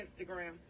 Instagram